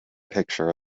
picture